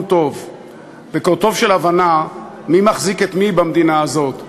טוב וקורטוב של הבנה מי מחזיק את מי במדינה הזאת,